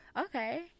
Okay